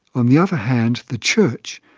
on the other hand the church,